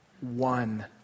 one